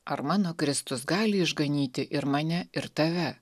ar mano kristus gali išganyti ir mane ir tave